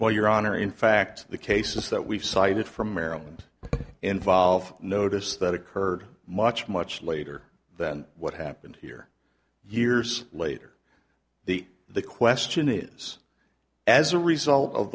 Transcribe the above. well your honor in fact the cases that we've cited from maryland involve notice that occurred much much later than what happened here years later the the question is as a result of